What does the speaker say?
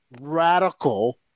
radical